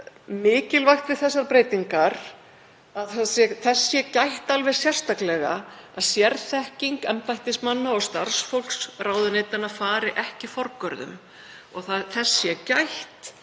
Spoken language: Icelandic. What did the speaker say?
mikilvægt við þessar breytingar að þess sé gætt alveg sérstaklega að sérþekking embættismanna og starfsfólks ráðuneytanna fari ekki forgörðum og að þess sé gætt